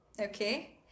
Okay